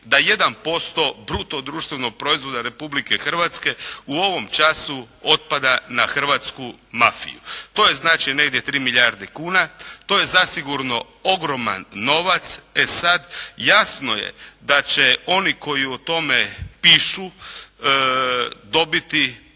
da 1% bruto društvenog proizvoda Republike Hrvatske u ovom času otpada na hrvatsku mafiju. To je znači negdje 3 milijarde kuna, to je zasigurno ogroman novac. E sada jasno je da će oni koji o tome pišu, dobiti